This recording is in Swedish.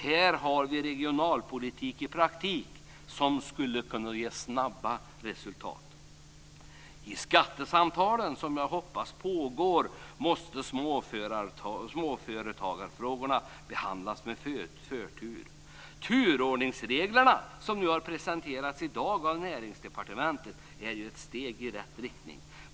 Här har vi regionalpolitik i praktiken som skulle kunna ge snabba resultat. I skattesamtalen, som jag hoppas pågår, måste småföretagarfrågorna behandlas med förtur. Turordningsreglerna som har presenterats i dag av Näringsdepartementet är ju ett steg i rätt riktning.